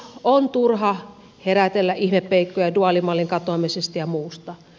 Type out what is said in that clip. on turha herätellä ihmepeikkoja duaalimallin katoamisesta ja muusta